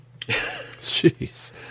Jeez